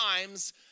times